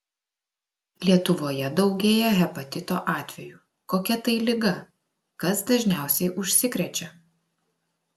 lietuvoje daugėja hepatito atvejų kokia tai liga kas dažniausiai užsikrečia